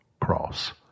cross